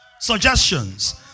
suggestions